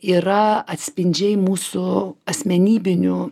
yra atspindžiai mūsų asmenybinių